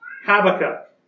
Habakkuk